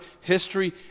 history